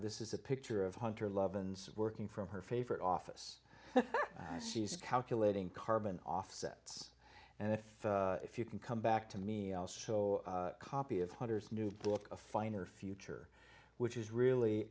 this is a picture of hunter love and working from her favorite office she's calculating carbon offsets and if you can come back to me also copy of hunter's new book a finer future which is really